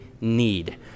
need